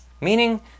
meaning